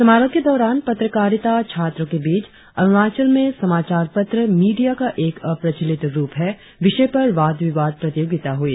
समारोह के दौरान पत्रकारिता छात्रों के बीच अरुणाचल में समाचार पत्र मीडिया का एक अप्रचलित रुप है विषय पर वाद विवाद प्रतियोगिता हुई